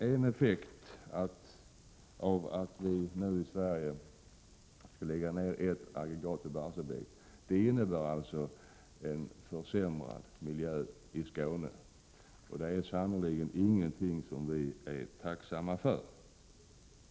En effekt av att vi i Sverige nu skall ta ett aggregat ur drift i Barsebäck är en försämring av miljön i Skåne, och det är sannerligen ingenting som vi är tacksamma för.